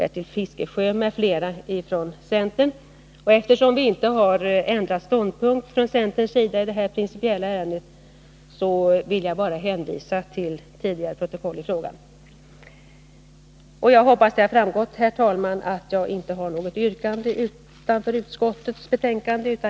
Eftersom vi från centerns sida inte har ändrat ståndpunkt i den Onsdagen den principiella frågan, vill jag bara hänvisa till tidigare protokoll i ärendet. 28 oktober 1981 Jag hoppas att det har framgått, herr talman, att jag inte har något yrkande utöver utskottets hemställan.